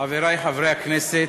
חברי חברי הכנסת,